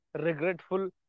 regretful